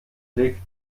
blick